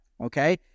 Okay